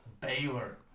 Baylor